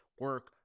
Work